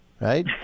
right